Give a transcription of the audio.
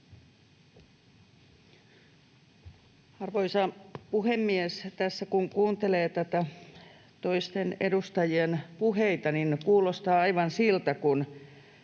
Arvoisa puhemies! Tässä kun kuuntelee toisten edustajien puheita, kuulostaa aivan siltä kuin